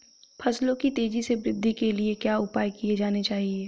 फसलों की तेज़ी से वृद्धि के लिए क्या उपाय किए जाने चाहिए?